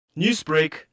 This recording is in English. Newsbreak